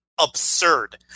absurd